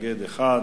מתנגד אחד,